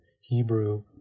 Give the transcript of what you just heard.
Hebrew